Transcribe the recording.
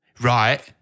Right